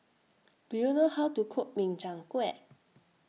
Do YOU know How to Cook Min Chiang Kueh